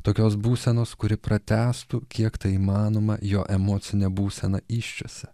tokios būsenos kuri pratęstų kiek tai įmanoma jo emocinę būseną įsčiose